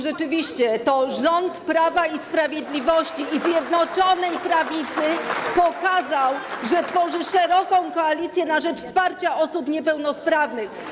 Rzeczywiście to rząd Prawa i Sprawiedliwości oraz Zjednoczonej Prawicy pokazał, że tworzy szeroką koalicję na rzecz wsparcia osób niepełnosprawnych.